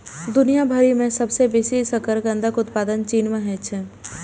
दुनिया भरि मे सबसं बेसी शकरकंदक उत्पादन चीन मे होइ छै